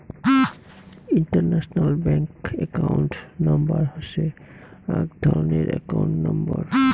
international bank account number হসে এক ধরণের একাউন্ট নম্বর